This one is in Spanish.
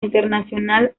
internacional